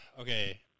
Okay